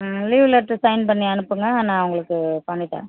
ம் leave letter sign பண்ணி அனுப்புங்கள் நான் உங்களுக்கு பண்ணி தரேன்